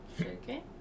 Okay